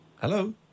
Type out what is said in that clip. Hello